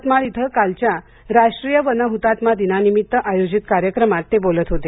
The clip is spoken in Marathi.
यवतमाळ इथ कालच्या राष्ट्रीय वनह्तात्मा दिनानिमित्त आयोजित कार्यक्रमात ते बोलत होते